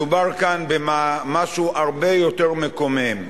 מדובר כאן במשהו הרבה יותר מקומם.